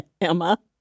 Emma